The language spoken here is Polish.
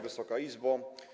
Wysoka Izbo!